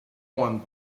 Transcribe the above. one